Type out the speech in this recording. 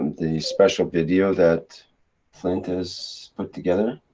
the special video that flint has put together?